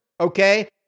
Okay